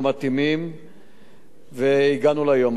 אני רוצה להודות קודם כול ללוחמי האש,